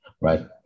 right